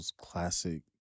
classic